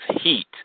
heat